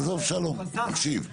שלום, תקשיב.